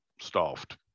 staffed